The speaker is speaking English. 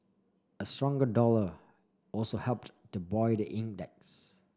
a stronger dollar also helped to buoy the index